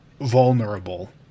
vulnerable